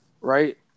Right